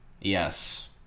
yes